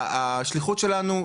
השליחות שלנו,